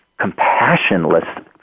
compassionless